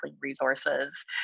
resources